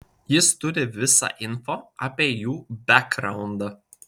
jis turi visą info apie jų bekgraundą